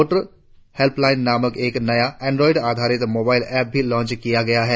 voter helpline नामक एक नया एंड्रॉइड आधारित मोबाइल ऐप भी लॉन्च किया गया है